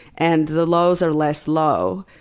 and the lows are less low.